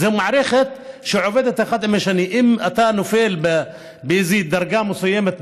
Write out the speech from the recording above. זו מערכת שעובדת אחד עם השני: אם אתה נופל באיזו דרגה מסוימת באמצע,